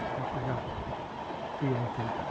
i forgot the author.